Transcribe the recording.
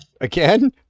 Again